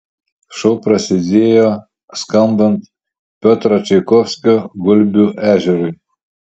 šou prasidėjo skambant piotro čaikovskio gulbių ežerui